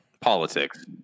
politics